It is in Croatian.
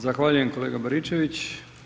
Zahvaljujem kolega Baričević.